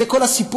זה כל הסיפור.